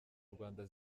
rwanda